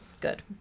Good